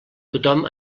tothom